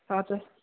हा त